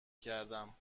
کردم